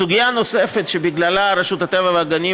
סוגיה נוספת שבגללה רשות הטבע והגנים